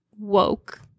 woke